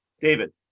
david